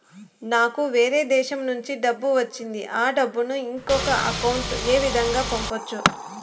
నాకు వేరే దేశము నుంచి డబ్బు వచ్చింది ఆ డబ్బును ఇంకొక అకౌంట్ ఏ విధంగా గ పంపొచ్చా?